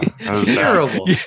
Terrible